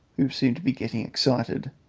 who seemed to be getting excited,